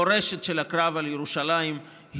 מורשת הקרב על ירושלים,